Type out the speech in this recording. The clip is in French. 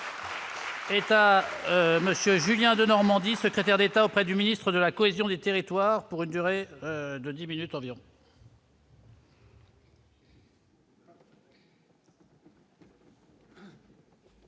état monsieur Julien Denormandie ça. Ces Terres d'État auprès du ministre de la cohésion des territoires pour une durée de 10 minutes environ.